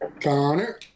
Connor